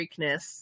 freakness